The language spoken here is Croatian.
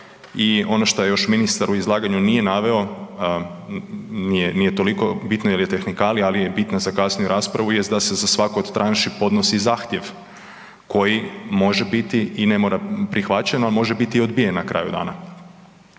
i ono što je još ministar u izlaganju nije naveo, nije toliko bitno jer je tehnikalija, ali je bitna za kasniju raspravu jest da se za svaku od tranši podnosi zahtjev koji može biti i ne mora prihvaćen, ali može biti i odbijen na kraju dana.